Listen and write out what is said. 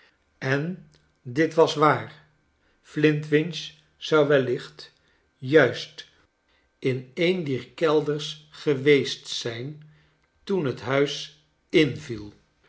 en dit was waar flintwinch zou wellicht juist in een dier kelders geweest zijn toen het huis inviel